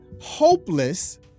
hopeless